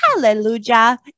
Hallelujah